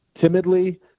timidly